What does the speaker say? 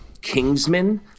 Kingsman